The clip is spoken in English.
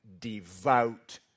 devout